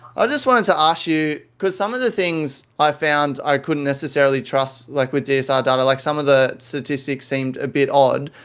i just wanted to ask you because some of the things i found i couldn't necessarily trust, like with dsr data, like some of the statistics seemed a bit odd.